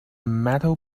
metal